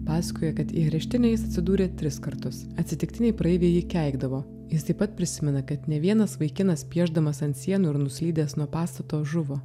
pasakojo kad areštinėj jis atsidūrė tris kartus atsitiktiniai praeiviai jį keikdavo jis taip pat prisimena kad ne vienas vaikinas piešdamas ant sienų ir nuslydęs nuo pastato žuvo